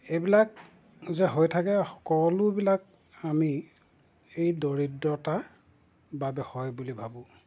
এইবিলাক যে হৈ থাকে সকলোবিলাক আমি এই দৰিদ্ৰতা বাবে হয় বুলি ভাবোঁ